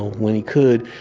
when he could.